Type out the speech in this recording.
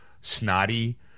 snotty